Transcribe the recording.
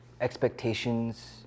expectations